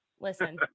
Listen